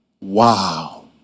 Wow